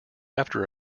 after